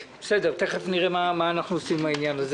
בסדר, תיכף נראה מה אנחנו עושים בעניין הזה.